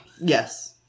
Yes